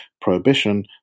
prohibition